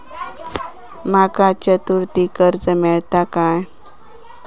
माका चतुर्थीक कर्ज मेळात काय?